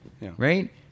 right